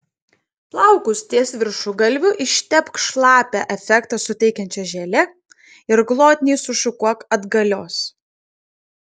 plaukus ties viršugalviu ištepk šlapią efektą suteikiančia želė ir glotniai sušukuok atgalios